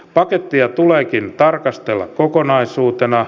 pakettia tuleekin tarkastella kokonaisuutena